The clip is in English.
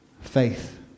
faith